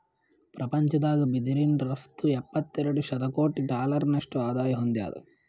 ಪ್ರಪಂಚದಾಗ್ ಬಿದಿರಿನ್ ರಫ್ತು ಎಪ್ಪತ್ತೆರಡು ಶತಕೋಟಿ ಡಾಲರ್ನಷ್ಟು ಆದಾಯ್ ಹೊಂದ್ಯಾದ್